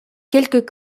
quelques